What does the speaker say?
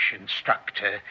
instructor